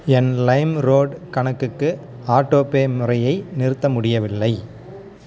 என் Limeroad கணக்குக்கு autopay முறையை நிறுத்த முடியவில்லை